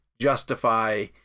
justify